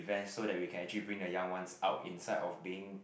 so that we can actually bring the young ones out inside of being